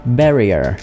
barrier